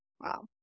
Wow